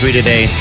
today